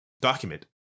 document